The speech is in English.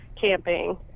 camping